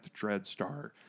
Dreadstar